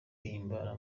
himbara